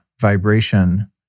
vibration